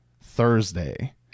Thursday